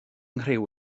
nghriw